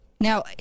Now